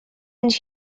and